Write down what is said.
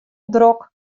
drok